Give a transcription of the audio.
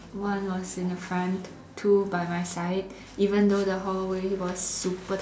one was in a front two by my side even though the hallway was super